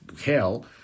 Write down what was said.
hell